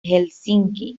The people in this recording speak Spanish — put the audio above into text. helsinki